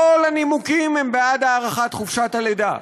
כל הנימוקים הם בעד הארכת חופשת הלידה,